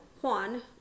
Juan